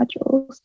modules